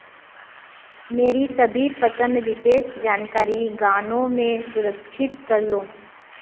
मेरी सभी पसंद विशेष जानकारी गानों में सुरक्षित कर लो